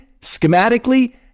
schematically